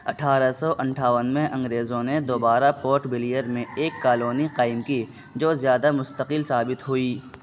اٹھارہ سو انٹھاون میں انگریزوں نے دوبارہ پورٹ بلیئر نے ایک کالونی قائم کی جو زیادہ مستقل ثابت ہوئی